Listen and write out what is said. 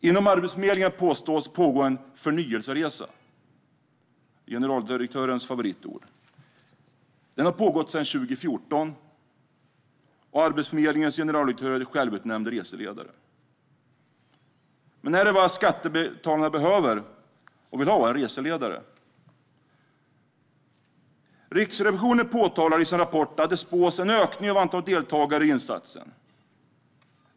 Inom Arbetsförmedlingen påstås pågå en förnyelseresa, som är generaldirektörens favoritord. Den har pågått sedan 2014, och Arbetsförmedlingens generaldirektör är självutnämnd reseledare. Men är det vad skattebetalarna behöver och vill ha - en reseledare? Riksrevisionen påpekar i sin rapport att en ökning av antalet deltagare i insatsen spås.